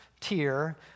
tier